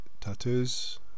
tattoos